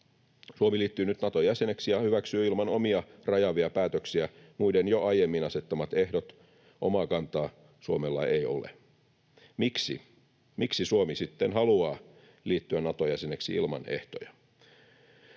Suomi liittyy nyt Nato-jäseneksi ja hyväksyy ilman omia rajaavia päätöksiä muiden jo aiemmin asettamat ehdot, omaa kantaa Suomella ei ole. Miksi Suomi sitten haluaa liittyä Nato-jäseneksi ilman ehtoja?